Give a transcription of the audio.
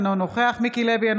אינו נוכח מיקי לוי,